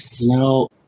no